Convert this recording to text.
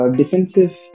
defensive